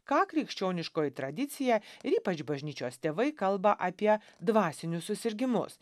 ką krikščioniškoji tradicija ir ypač bažnyčios tėvai kalba apie dvasinius susirgimus